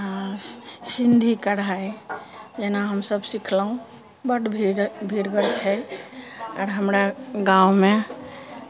सिन्धी कढ़ाइ जेना हमसब सिखलहुँ बड्ड भिरगर छै आओर हमरा गाँवमे